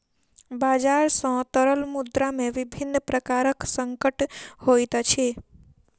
बजार सॅ तरल मुद्रा में विभिन्न प्रकारक संकट होइत अछि